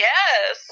Yes